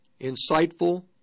insightful